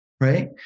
Right